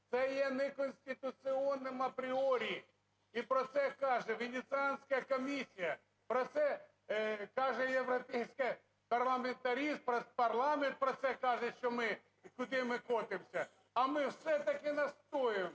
це є неконституционным апріорі. І про це каже Венеціанська комісія, про це кажуть європейські парламентарі, парламент про це каже, що ми, куди ми котимся. А ми все-таки настоюємо,